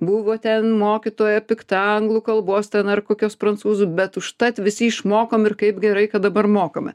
buvo ten mokytoja pikta anglų kalbos ten ar kokios prancūzų bet užtat visi išmokom ir kaip gerai kad dabar mokame